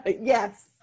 Yes